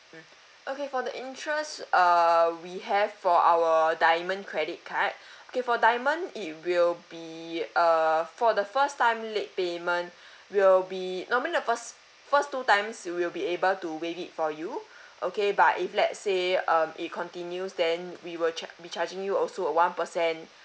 mm okay for the insurance err we have for our diamond credit card okay for diamond it will be uh for the first time late payment will be normally the first first two times we will be able to waive it for you okay but if let say um it continues then we will check be charging you also a one percent